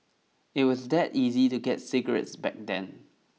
it was that easy to get cigarettes back then